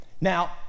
Now